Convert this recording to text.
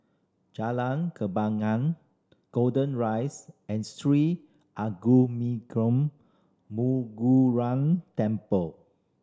Jalan Kembangan Golden Rise and Sri Temple